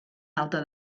alta